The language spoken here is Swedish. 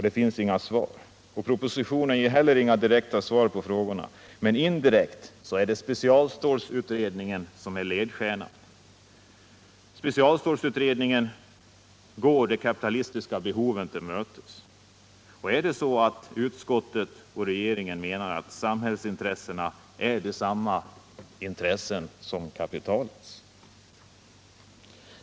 Det finns inga svar. Propositionen ger inga direkta svar på frågorna, men indirekt är det specialstålutredningen som är ledstjärnan. Specialstålutredningen går de kapitalistiska behoven till mötes. Är det så att utskottet och regeringen menar att samhällets intressen är desamma som kapitalets?